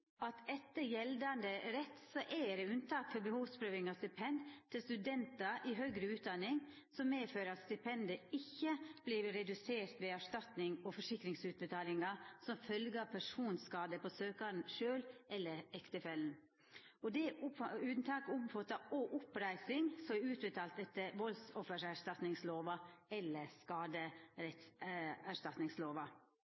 Lånekassa. Etter gjeldande rett er det unntak for behovsprøving av stipend til studentar i høgare utdanning, som medfører at stipendet ikkje vert redusert ved erstatnings- og forsikringsutbetalingar som følgje av personskadar på søkjaren sjølv eller ektefellen. Det unntaket omfattar òg oppreising som er utbetalt etter voldsoffererstatningslova eller